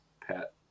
pet